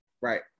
right